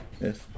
Yes